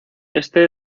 este